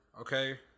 okay